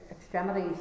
extremities